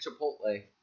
Chipotle